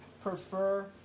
prefer